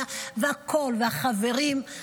הקול והחברים,